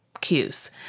cues